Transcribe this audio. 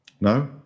No